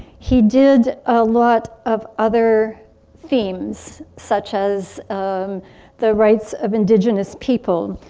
he did a lot of other themes such as um the rights of indigenous people.